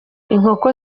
inkoko